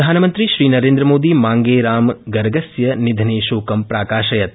प्रधानमंत्रीनरेंद्रमोदी मांगेरामगर्गस्य निधने शोकं प्राकाशयत्